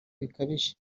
bikabije